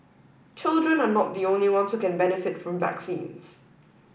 children are not the only ones who can benefit from vaccines